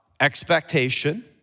expectation